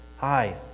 Hi